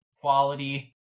quality